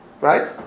right